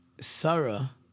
Sarah